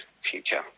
future